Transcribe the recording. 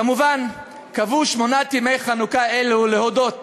כמובן, קבעו שמונת ימי חנוכה אלו להודות,